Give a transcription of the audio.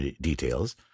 details